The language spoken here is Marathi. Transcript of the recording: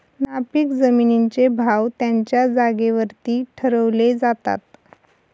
नापीक जमिनींचे भाव त्यांच्या जागेवरती ठरवले जातात